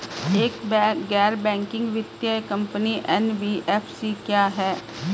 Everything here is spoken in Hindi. एक गैर बैंकिंग वित्तीय कंपनी एन.बी.एफ.सी क्या है?